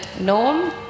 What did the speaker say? NORM